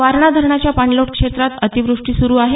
वारणा धरणाच्या पाणलोट क्षेत्रात अतिवृष्टी सुरू आहे